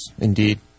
indeed